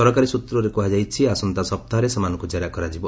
ସରକାରୀ ସୂତ୍ରରେ କୁହାଯାଇଛି ଆସନ୍ତା ସପ୍ତାହରେ ସେମାନଙ୍କୁ ଜେରା କରାଯିବ